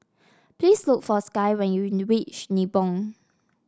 please look for Skye when you reach Nibong